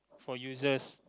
for users